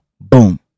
Boom